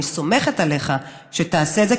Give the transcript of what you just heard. אני סומכת עליך שתעשה את זה,